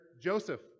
Joseph